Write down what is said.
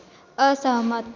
असहमत